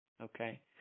Okay